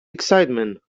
excitement